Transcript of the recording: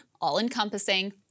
all-encompassing